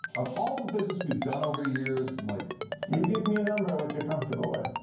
of all the business we've done over the years, like you give me a number, what you're comfortable with.